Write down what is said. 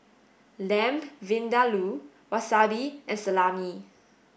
Lamb Vindaloo Wasabi and Salami